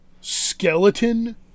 skeleton